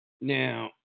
Now